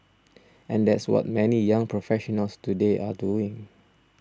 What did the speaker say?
and that's what many young professionals today are doing